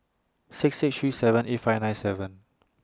six six three seven eight five nine seven